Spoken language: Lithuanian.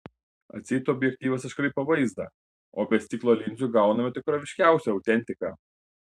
atseit objektyvas iškraipo vaizdą o be stiklo linzių gauname tikroviškiausią autentiką